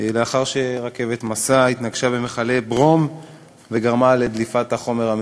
לאחר שרכבת משא התנגשה במכלי ברום וגרמה לדליפת החומר המסוכן.